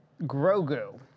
Grogu